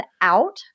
out